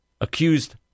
accused